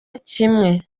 kimwe